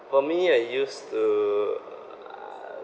for me I used to uh